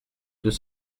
deux